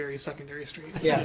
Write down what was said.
very secondary street yeah